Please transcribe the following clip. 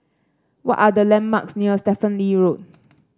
what are the landmarks near Stephen Lee Road